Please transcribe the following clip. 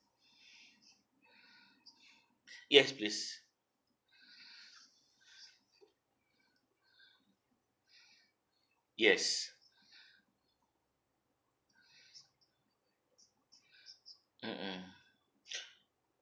yes please yes mm mm